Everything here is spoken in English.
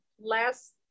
last